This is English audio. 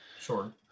Sure